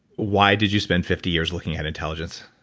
why did you spend fifty years looking at intelligence?